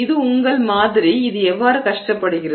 இது உங்கள் மாதிரி இது எவ்வாறு கஷ்டப்படுகிறது